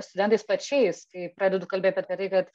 studentais pačiais kai pradedu kalbėt apie tai kad